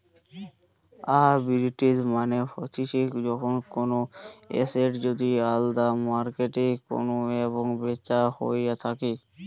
arbitrage মানে হতিছে যখন কোনো এসেট যদি আলদা মার্কেটে কেনা এবং বেচা হইয়া থাকে